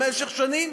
אלא במשך שנים,